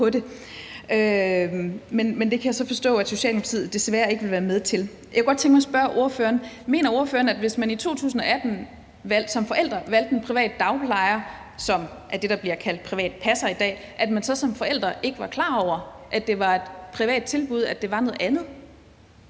Men det kan jeg så forstå at Socialdemokratiet desværre ikke vil være med til. Jeg kunne godt tænke mig at spørge ordføreren: Mener ordføreren, at hvis man i 2018 som forældre valgte en privat dagplejer, som er det, der i dag bliver kaldt en privat passer, så var man ikke klar over, at det var et privat tilbud, altså at det var noget andet?